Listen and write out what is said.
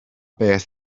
beth